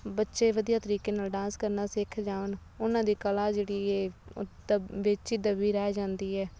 ਬੱਚੇ ਵਧੀਆ ਤਰੀਕੇ ਨਾਲ ਡਾਂਸ ਕਰਨਾ ਸਿੱਖ ਜਾਣ ਉਨ੍ਹਾਂ ਦੀ ਕਲਾ ਜਿਹੜੀ ਹੈ ਅ ਦਬ ਵਿੱਚ ਹੀ ਦਬੀ ਰਹਿ ਜਾਂਦੀ ਹੈ